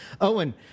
Owen